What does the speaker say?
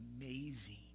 amazing